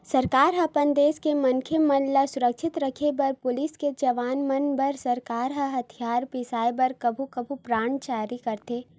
सरकार ह अपन देस के मनखे मन ल सुरक्छित रखे बर पुलिस के जवान मन बर सरकार ह हथियार बिसाय बर कभू कभू बांड जारी करथे